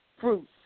fruits